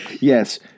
Yes